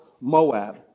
Moab